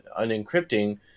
unencrypting